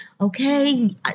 okay